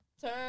Turn